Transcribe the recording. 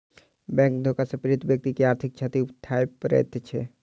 bank धोखा सॅ पीड़ित व्यक्ति के आर्थिक क्षति उठाबय पड़ैत छै